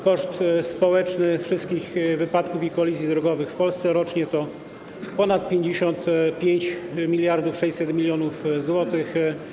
Koszt społeczny wszystkich wypadków i kolizji drogowych w Polsce rocznie to ponad 55 600 mln zł.